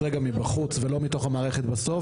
רגע מבחוץ ולא מתוך המערכת בסוף,